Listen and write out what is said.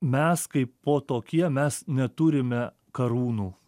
mes kaipo tokie mes neturime karūnų